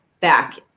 back